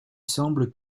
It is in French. semble